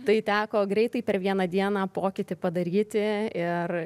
tai teko greitai per vieną dieną pokytį padaryti ir